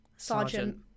sergeant